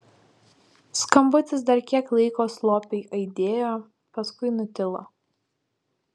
skambutis dar kiek laiko slopiai aidėjo paskui nutilo